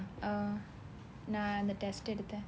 uh நான் அந்த:naan antha test எடுத்தேன்:eduthen